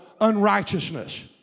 unrighteousness